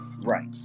right